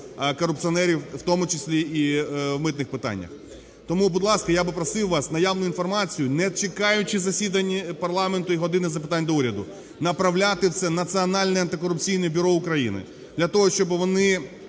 корупціонерів, в тому числі і в митних питаннях. Тому, будь ласка, я би просив вас наявну інформацію, не чекаючи засідань парламенту і "години запитань до Уряду", направляти це в Національне антикорупційне бюро України для того, щоб вони